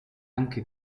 anche